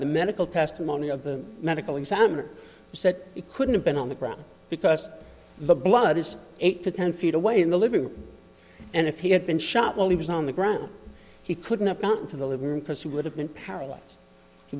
the medical testimony of the medical examiner said it couldn't have been on the ground because the blood is eight to ten feet away in the living room and if he had been shot while he was on the ground he couldn't have got to the living room because he would have been paralyzed he